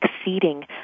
exceeding